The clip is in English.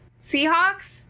Seahawks